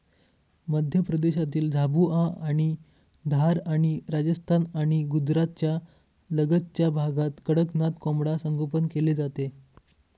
मध्य प्रदेशातील झाबुआ आणि धार आणि राजस्थान आणि गुजरातच्या लगतच्या भागात कडकनाथ कोंबडा संगोपन केले जाते